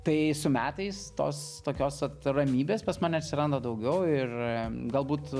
tai su metais tos tokios ramybės pas mane atsiranda daugiau ir galbūt